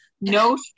no